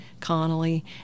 Connolly